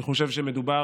אני חושב שמדובר